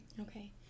okay